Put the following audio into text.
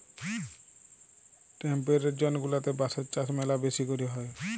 temperate zone গুলাতে বাঁশের চাষ ম্যালা বেশি ক্যরে হ্যয়